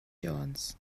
jones